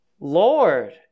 Lord